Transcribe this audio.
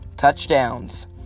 Touchdowns